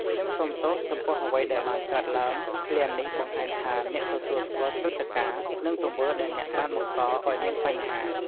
ខ្ញុំសូមទោសចំពោះអ្វីដែលបានកើតឡើង ឃ្លានេះបង្ហាញថាអ្នកទទួលស្គាល់ព្រឹត្តិការណ៍ និងទង្វើដែលអ្នកបានបង្កឱ្យមានបញ្ហា។